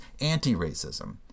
anti-racism